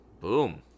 Boom